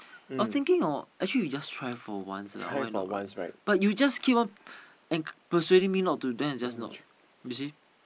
I was thinking orh actually we just try for once lah why not right but you just keep on en~ persuading me not to then I just not you see